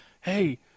hey